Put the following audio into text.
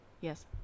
yes